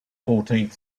fourteenth